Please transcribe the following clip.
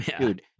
dude